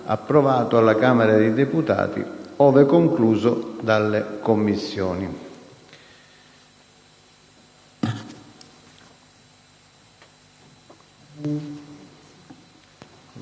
approvato alla Camera dei deputati, ove concluso dalle Commissioni.